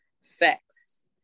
sex